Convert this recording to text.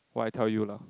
while I tell you lah